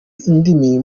indimi